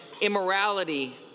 immorality